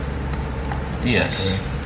Yes